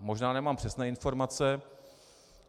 Možná nemám přesné informace,